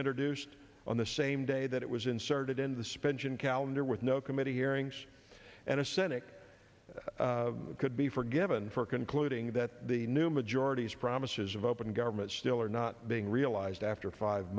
introduced on the same day that it was inserted in the spent in calendar with no committee hearings and a cynic could be forgiven for concluding that the new majority's promises of open government still are not being realized after five